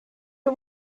are